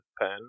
pen